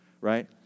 Right